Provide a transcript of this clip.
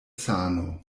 sano